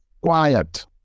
quiet